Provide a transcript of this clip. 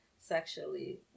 sexually